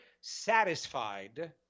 satisfied